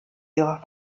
ihrer